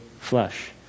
flesh